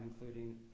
including